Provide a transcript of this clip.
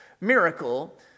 miracle